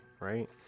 right